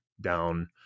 down